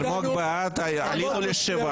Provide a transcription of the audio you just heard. אלמוג היה בעד, עלינו לשבעה.